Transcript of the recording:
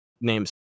names